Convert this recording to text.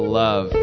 love